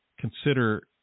consider